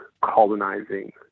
colonizing